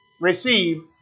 receive